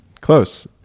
Close